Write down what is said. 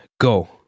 Go